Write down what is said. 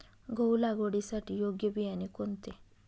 गहू लागवडीसाठी योग्य बियाणे कोणते?